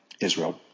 Israel